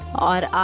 are